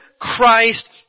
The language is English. Christ